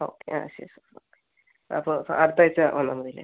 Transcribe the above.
okay ആ ശരി sir okay അപ്പം അടുത്ത ആഴ്ച്ച വന്നാൽ മതിയല്ലേ